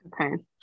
Okay